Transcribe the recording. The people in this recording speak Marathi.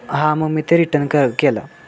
हां मग मी ते रिटर्न क केलं